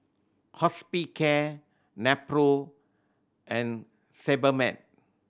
Hospicare Nepro and Sebamed